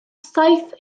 saith